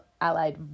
allied